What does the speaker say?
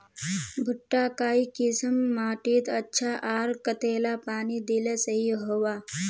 भुट्टा काई किसम माटित अच्छा, आर कतेला पानी दिले सही होवा?